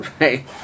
Right